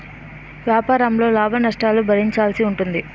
వ్యాపారంలో లాభనష్టాలను భరించాల్సి ఉంటుంది